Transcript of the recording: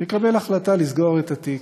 יקבל החלטה לסגור את התיק,